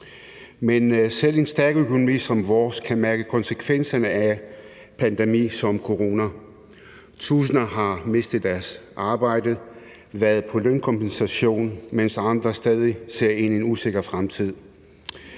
Men selv en stærk økonomi som vores kan mærke konsekvenserne af en pandemi som corona. Tusinder har mistet deres arbejde og været på lønkompensation, mens andre stadig ser ind i en usikker fremtid.